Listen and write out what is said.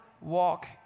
walk